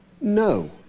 no